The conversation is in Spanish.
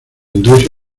iglesia